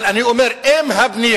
אבל אני אומר: אם הבנייה